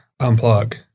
unplug